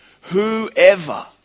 Whoever